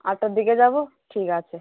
আটটার দিকে যাবো ঠিক আছে